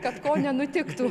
kad ko nenutiktų